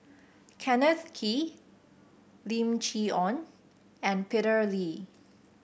Kenneth Kee Lim Chee Onn and Peter Lee